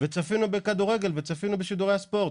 וצפינו בכדורגל ובשידורי הספורט.